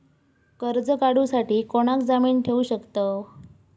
कर्ज काढूसाठी कोणाक जामीन ठेवू शकतव?